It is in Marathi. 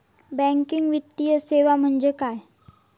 बँकिंग वित्तीय सेवा म्हणजे काय?